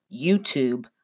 YouTube